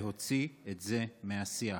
להוציא את זה מהשיח.